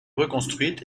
reconstruite